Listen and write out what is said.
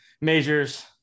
majors